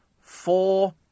four